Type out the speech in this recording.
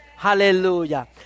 Hallelujah